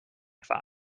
five